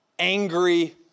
angry